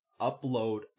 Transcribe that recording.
upload